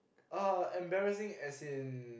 uh embarrassing as in